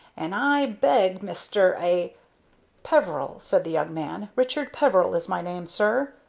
and i beg mister a peveril, said the young man richard peveril is my name, sir.